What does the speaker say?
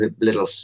little